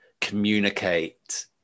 communicate